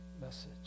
message